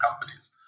companies